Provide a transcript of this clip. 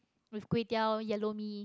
with kway-teow yellow mee